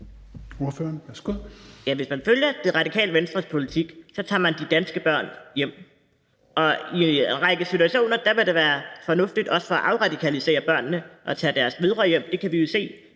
Hvis man følger Det Radikale Venstres politik, tager man de danske børn hjem, og i en række situationer vil det være fornuftigt også for at afradikalisere børnene at tage deres mødre hjem. Det kan vi jo se